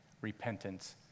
repentance